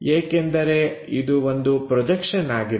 ಏಕೆಂದರೆ ಇದು ಒಂದು ಪ್ರೊಜೆಕ್ಷನ್ ಆಗಿದೆ